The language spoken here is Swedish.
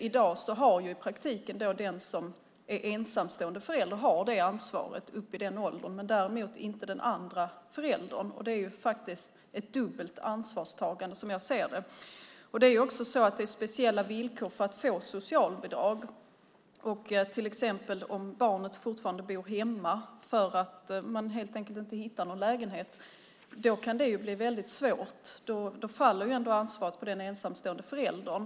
I dag har i praktiken den som är ensamstående förälder det ansvaret upp till den åldern; det har däremot inte den andra föräldern. Det är faktiskt ett dubbelt ansvarstagande, som jag ser det. Det är också så att det är speciella villkor för att man ska få socialbidrag. Om barnet till exempel fortfarande bor hemma för att barnet helt enkelt inte hittar någon lägenhet kan det bli väldigt svårt. Då faller ändå ansvaret på den ensamstående föräldern.